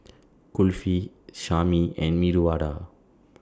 Kulfi Sashimi and Medu Vada